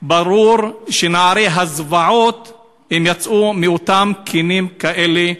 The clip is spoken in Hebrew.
ברור שנערי הזוועות יצאו מקנים כאלה.